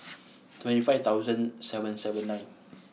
twenty five thousand seven seven nine